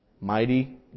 Mighty